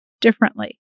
differently